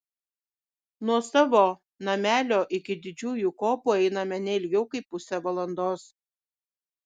nuo savo namelio iki didžiųjų kopų einame ne ilgiau kaip pusę valandos